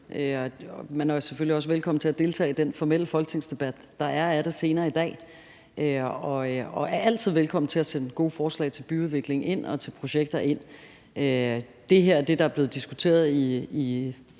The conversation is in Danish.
man er selvfølgelig også velkommen til at deltage i den formelle folketingsdebat, der er senere i dag. Man er altid velkommen til at sende gode forslag til byudvikling og projekter. Det her er noget, der er blevet diskuteret i